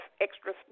extra